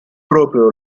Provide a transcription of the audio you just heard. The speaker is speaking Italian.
proprio